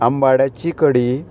आंबाड्याची कडी